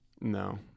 No